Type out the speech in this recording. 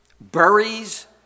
buries